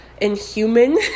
inhuman